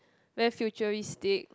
very futuristic